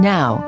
Now